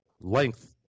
length